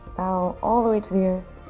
bow all the way to the earth.